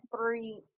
three